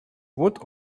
would